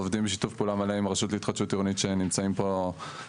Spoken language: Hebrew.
עובדים בשיתוף פעולה מלא עם הרשות להתחדשות עירונית שנמצאים פה לידנו.